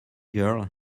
girl